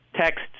texts